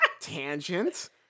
tangent